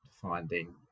finding